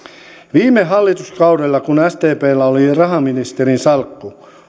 viime hallituskaudella kun sdpllä oli rahaministerin salkku